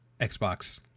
Xbox